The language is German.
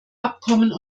abkommen